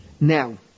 Now